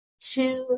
two